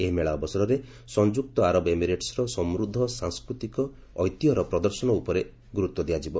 ଏହି ମେଳା ଅବସରରେ ସଂଯୁକ୍ତ ଆରବ ଏମିରେଟସ୍ର ସମୂଦ୍ଧ ସାଂସ୍କୃତିକ ଐତିହ୍ୟର ପ୍ରଦର୍ଶନ ଉପରେ ଗୁରୁତ୍ୱ ଦିଆଯିବ